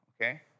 okay